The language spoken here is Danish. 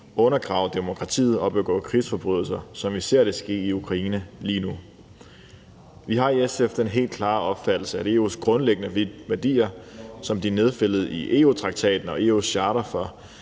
undergrave demokratiet og begå krigsforbrydelser, som vi ser det ske i Ukraine lige nu. Vi har i SF den helt klare opfattelse, at EU's grundlæggende værdier, som de er nedfældet i EU-traktaten, EU's charter om